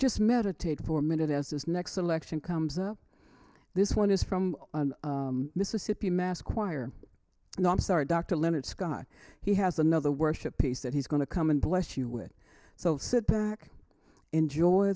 just meditate for a minute as this next election comes up this one is from mississippi mass choir and i'm sorry dr leonard scott he has another worship piece that he's going to come and bless you with so sit back enjoy